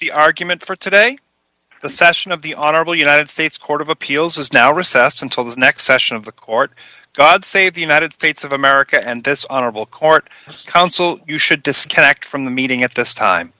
the argument for today the session of the honorable united states court of appeals has now recessed until the next session of the court god save the united states of america and this honorable court counsel you should disconnect from the meeting at this time